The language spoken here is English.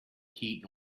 heat